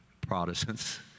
Protestants